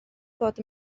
bod